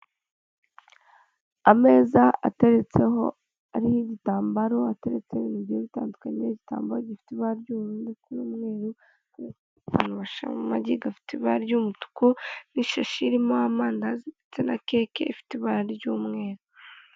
Ameza ateretseho, ariho igitambaro ateretse ibintu bi bitandukanye; igitamboro gifite ibara ry'uburu ndetse n'umweru akantu bashyiramo amagi gafite ibara ry'umutuku n'ishashi irimo amandazi ndetse na keke ifite ibara ry'umweru.